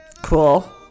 cool